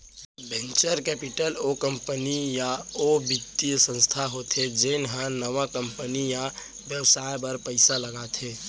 venture capital ओ company या ओ बित्तीय संस्था होथे जेन ह नवा कंपनी या बेवसाय बर पइसा लगाथे